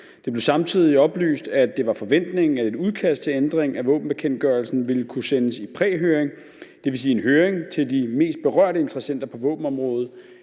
Det blev samtidig oplyst, at det var forventningen, at et udkast til ændring af våbenbekendtgørelsen ville kunne sendes i præhøring, dvs. en høring til de mest berørte interessenter på våbenområdet,